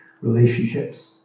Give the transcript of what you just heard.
relationships